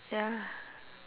ya